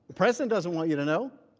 the president doesn't want you to know.